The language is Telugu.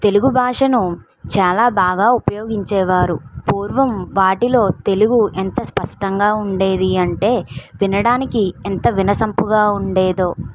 తెలుగు భాషను చాలా బాగా ఉపయోగించేవారు పూర్వం వాటిలో తెలుగు ఎంత స్పష్టంగా ఉండేది అంటే వినడానికి ఎంత వినసొంపుగా ఉండేదో